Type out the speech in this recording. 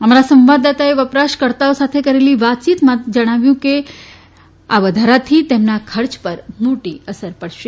અમારા સંવાદદાતાએ વપરાશકર્તાઓ સાથે કરેલી વાતચીતમાં તેમણે જણાવ્યું કે આ વધારાથી તેમના ખર્ચ પર મોટી અસર પડશે